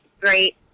great